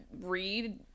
read